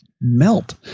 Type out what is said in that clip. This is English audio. melt